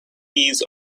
bees